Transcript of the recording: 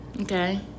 Okay